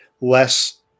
less